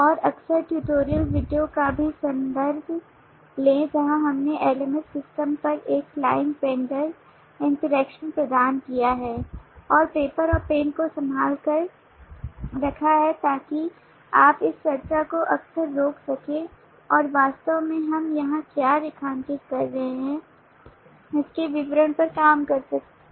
और अक्सर tutorial video का भी संदर्भ लें जहां हमने LMS सिस्टम पर एक क्लाइंट वेंडर इंटरेक्शन प्रदान किया है और पेपर और पेन को संभाल कर रखा है ताकि आप इस चर्चा को अक्सर रोक सकें और वास्तव में हम यहां क्या रेखांकित कर रहे हैं इसके विवरण पर काम करते हैं